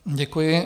Děkuji.